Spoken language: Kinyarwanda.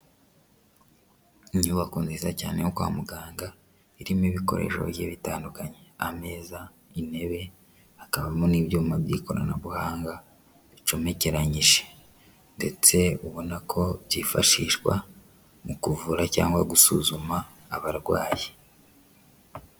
Inyubako nziza cyane yo kwa muganga, irimo ibikoresho bigiye bitandukanye, ameza, intebe, hakabamo n'ibyuma by'ikoranabuhanga bicomekeranyije, ndetse ubona ko byifashishwa mu kuvura, cyangwa gusuzuma abarwayi.